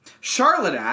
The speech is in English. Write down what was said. Charlotte